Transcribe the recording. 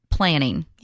planning